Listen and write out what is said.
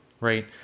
Right